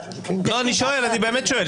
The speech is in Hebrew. אני באמת שואל.